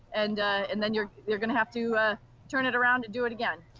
and and then you're you're going to have to turn it around and do it again.